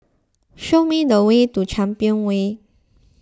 show me the way to Champion Way